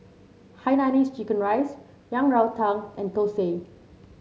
Hainanese Chicken Rice Yang Rou Tang and thosai